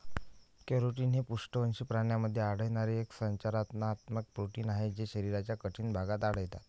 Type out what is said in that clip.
keratin हे पृष्ठवंशी प्राण्यांमध्ये आढळणारे एक संरचनात्मक प्रोटीन आहे जे शरीराच्या कठीण भागात आढळतात